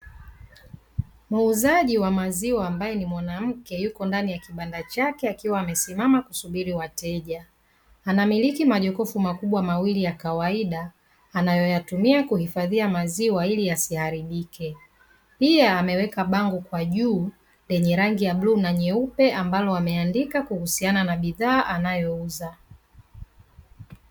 Muuzaji wa maziwa ambaye ni mwanamke yuko ndani ya kibanda chake akiwa amesimama kusubiri wateja. Anamiliki majokofu makubwa mawili ya kawaida anayoyatumia kuhifadhia maziwa ili yasiharibike, pia ameweka bango kwa juu lenye rangi ya bluu na nyeupe ambalo wameandika kuhusiana na bidhaa anayouza.